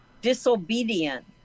disobedient